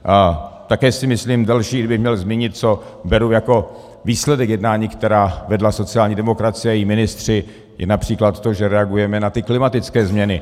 A také si myslím, další kdybych měl zmínit, co beru jako výsledek jednání, která vedla sociální demokracie a její ministři, je například to, že reagujeme na ty klimatické změny.